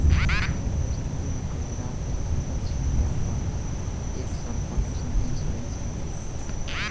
कउनो परिस्थिति में कर्जदार के आजीविका छिना जिए पर एक साल प्रोटक्शन इंश्योरेंस मिलेला